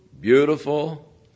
beautiful